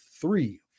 three